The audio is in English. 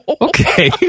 Okay